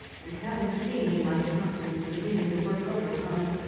and having seen you, my conscience is beginning to work overtime.